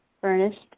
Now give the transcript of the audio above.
furnished